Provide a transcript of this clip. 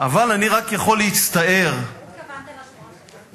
אבל אני רק יכול להצטער, לא התכוונת לשורה שלנו.